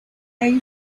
ahí